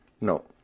No